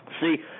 See